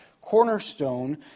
cornerstone